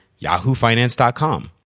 yahoofinance.com